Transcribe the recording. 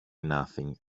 nothing